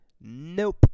Nope